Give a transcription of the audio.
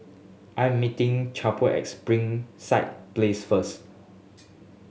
I am meeting Chalmer at Springside Place first